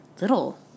little